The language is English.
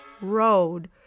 road